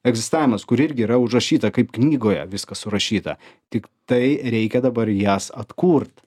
egzistavimas kur irgi yra užrašyta kaip knygoje viskas surašyta tiktai reikia dabar jas atkurt